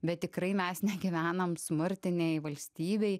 bet tikrai mes negyvenam smurtinėj valstybėj